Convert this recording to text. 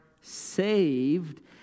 saved